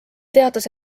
teatas